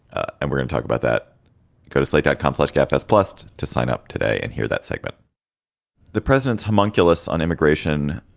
and we're in talk about that ghostlike dot complex gap as plussed to sign up today and hear that segment the president's homunculus on immigration.